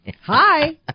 Hi